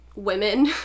women